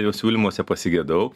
jo siūlymuose pasigedau